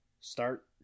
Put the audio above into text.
start